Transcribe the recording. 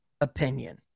opinion